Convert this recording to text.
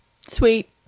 Sweet